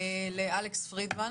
אלכס פרידמן